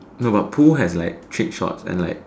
no but pool has like trick shots and like